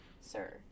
sir